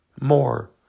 more